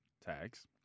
Tags